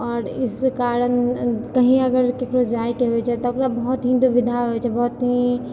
आओर इस कारण कहीं अगर केकरो जाइके होइ छै तऽ ओकरा बहुत ही दुविधा होइ छै बहुत ही